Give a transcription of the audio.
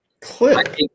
Clip